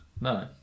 No